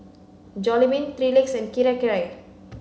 Jollibean Three Legs Kirei Kirei